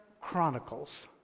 Chronicles